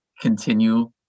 continue